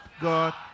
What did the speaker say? God